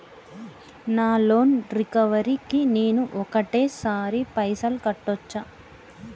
నా loan recovery కి నేను ఒకటేసరి పైసల్ కట్టొచ్చా?